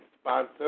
sponsor